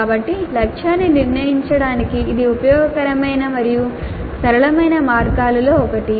కాబట్టి లక్ష్యాన్ని నిర్ణయించడానికి ఇది ఉపయోగకరమైన మరియు సరళమైన మార్గాలలో ఒకటి